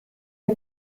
der